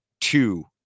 two